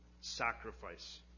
sacrifice